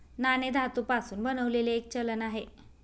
नाणे धातू पासून बनलेले एक चलन आहे